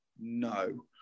No